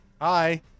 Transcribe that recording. Hi